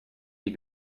die